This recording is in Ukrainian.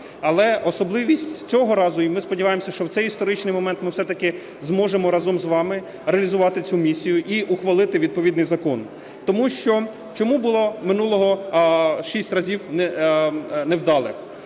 Але особливість цього разу, і ми сподіваємося, що в цей історичний момент ми все-таки зможемо разом з вами реалізувати цю місію і ухвалити відповідний закон, тому що… Чому було минулих шість разів невдалих?